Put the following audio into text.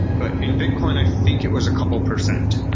but in bitcoin i think it was a couple percent,